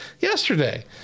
yesterday